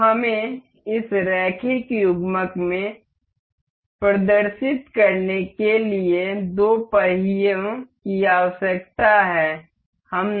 तो हमें इस रैखिक युग्मक में प्रदर्शित करने के लिए दो पहियों की आवश्यकता है